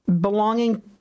belonging